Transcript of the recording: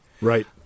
Right